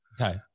Okay